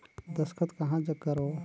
दस्खत कहा जग करो?